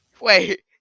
Wait